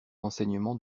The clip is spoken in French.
enseignement